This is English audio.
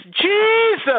Jesus